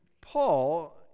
Paul